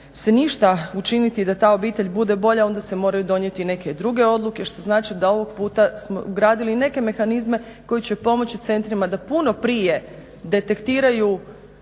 se ništa učiniti da ta obitelj bude bolja. Onda se moraju donijeti neke druge odluke, što znači da ovog puta smo ugradili neke mehanizme koji će pomoći centrima da puno prije detektiraju